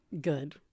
good